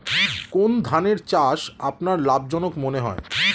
কোন ধানের চাষ আপনার লাভজনক মনে হয়?